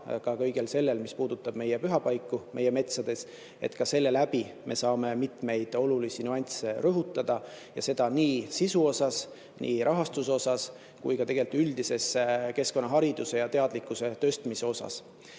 osa kõigel sellel, mis puudutab pühapaiku meie metsades. Ka selle läbi me saame mitmeid olulisi nüansse rõhutada ja seda nii sisu osas, nii rahastuse osas kui ka üldise keskkonnahariduse ja ‑teadlikkuse tõstmise osas. Mis